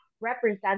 represent